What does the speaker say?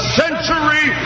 century